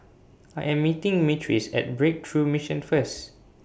I Am meeting Myrtice At Breakthrough Mission First